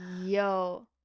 Yo